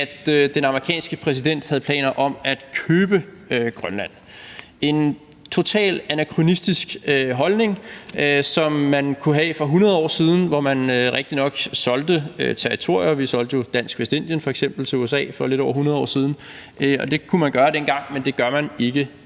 at den amerikanske præsident havde planer om at købe Grønland. Det er en totalt anakronistisk holdning, som man kunne have for 100 år siden, hvor man rigtigt nok solgte territorier – vi solgte jo f.eks. Dansk Vestindien til USA for lidt over 100 år siden; det kunne man gøre dengang, men det gør man ikke